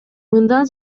мындан